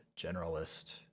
generalist